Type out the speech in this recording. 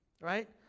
Right